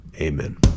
Amen